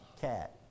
cat